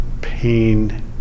pain